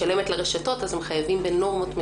משלמת לרשתות, אז הן חייבות בנורמות מדינה.